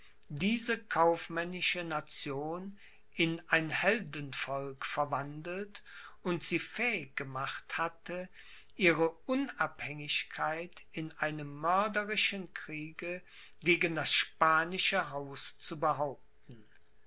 diese kaufmännische nation in ein heldenvolk verwandelt und sie fähig gemacht hatte ihre unabhängigkeit in einem mörderischen kriege gegen das spanische haus zu behaupten